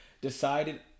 Decided